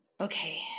okay